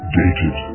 dated